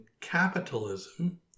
capitalism